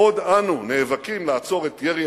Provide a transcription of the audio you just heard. עוד אנו נאבקים לעצור את ירי